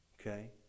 Okay